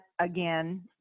again